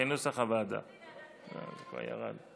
חוק סמכויות מיוחדות להתמודדות עם נגיף